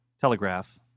telegraph